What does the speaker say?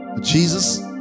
jesus